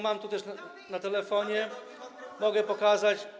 Mam to też w telefonie, mogę pokazać.